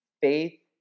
faith